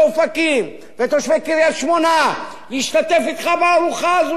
אופקים ותושבי קריית-שמונה להשתתף אתך בארוחה הזו,